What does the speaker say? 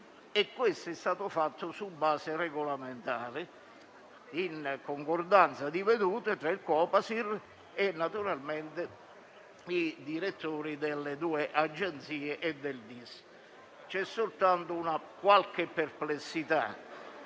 Questo è stato fatto su base regolamentare, in concordanza di vedute fra il Copasir e naturalmente i direttori delle due Agenzie e del DIS. C'è soltanto una qualche perplessità